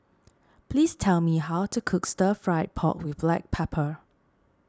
please tell me how to cook Stir Fry Pork with Black Pepper